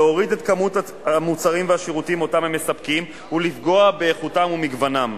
להוריד את כמות המוצרים והשירותים שהם מספקים ולפגוע באיכותם ובמגוונם,